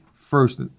first